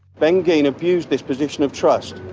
ben geen abused this position of trust.